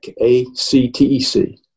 A-C-T-E-C